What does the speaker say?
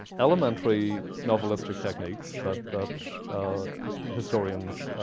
elementary novelistic techniques that that historians